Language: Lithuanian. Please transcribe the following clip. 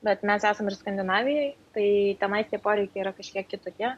bet mes esam ir skandinavijoj tai tenai tie poreikiai yra kažkiek kitokie